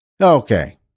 Okay